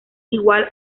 igual